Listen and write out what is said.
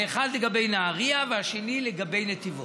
האחד על נהריה, האחר על נתיבות.